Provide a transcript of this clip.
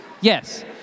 Yes